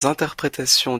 interprétations